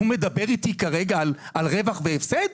הוא מדבר איתי כרגע על רווח והפסד?